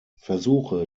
versuche